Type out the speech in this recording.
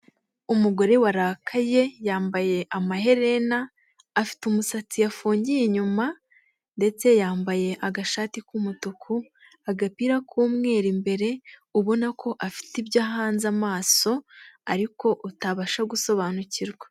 Umugore warakaye yambaye amaherena, afite umusatsi yafungiye inyuma ndetse yambaye agashati k'umutuku, agapira k'umweru imbere, ubona ko afite ibyo ahanze amaso ariko utabasha gusobanukirwa.